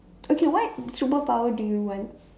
okay what superpower do you want